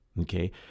Okay